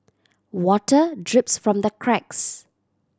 water drips from the cracks